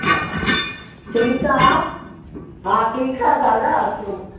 हा ठीकु आहे हा ठीकु आहे दादा अचूं था